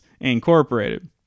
Incorporated